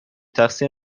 تقصیر